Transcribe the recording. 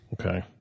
Okay